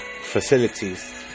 facilities